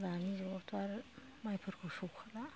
दानि जुगआवथ' आरो माइफोरखौ सौखाला